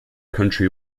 country